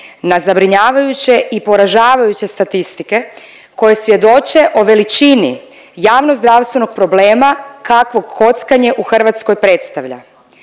na zabrinjavajuće i poražavajuće statistike koje svjedoče o veličini javnozdravstvenog problema kakvog kockanje u Hrvatskoj predstavlja.